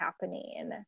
happening